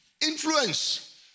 Influence